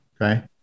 Okay